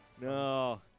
No